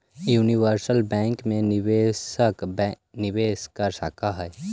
universal bank मैं निवेशक निवेश कर सकऽ हइ